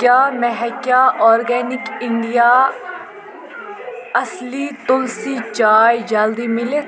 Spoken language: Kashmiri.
کیٛاہ مےٚ ہیٚکیٛاہ آرگینِک اِنٛڈیا اَصٕلی تُلسی چاے جلدٕی میٖلِتھ